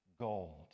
gold